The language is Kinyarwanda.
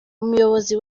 umuyobozi